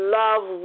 love